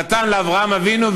נתן לאברהם אבינו,